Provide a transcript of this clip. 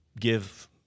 give